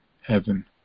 heaven